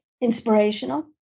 inspirational